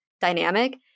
dynamic